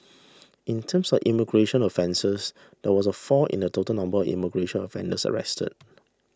in terms of immigration offences there was a fall in the total number of immigration offenders arrested